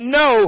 no